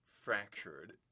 fractured